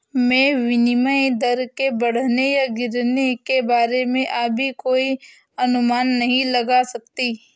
मैं विनिमय दर के बढ़ने या गिरने के बारे में अभी कोई अनुमान नहीं लगा सकती